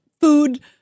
food